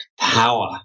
power